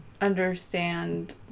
understand